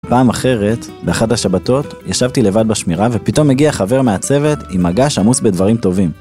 פעם אחרת, באחת השבתות, ישבתי לבד בשמירה ופתאום מגיע חבר מהצוות עם מגש עמוס בדברים טובים.